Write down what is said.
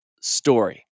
story